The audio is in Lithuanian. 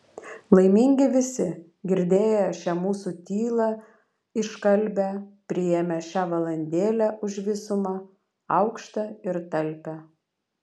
laimingi visi girdėję šią mūsų tylą iškalbią priėmę šią valandėlę už visumą aukštą ir talpią